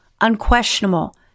unquestionable